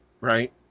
right